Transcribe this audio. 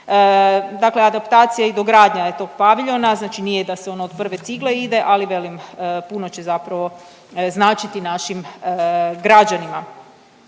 Dakle, adaptacija i dogradnja je tog paviljona, znači nije da se on od prve cigle ide, ali velim puno će zapravo značiti našim građanima.